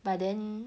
but then